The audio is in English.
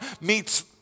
meets